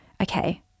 okay